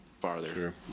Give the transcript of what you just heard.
farther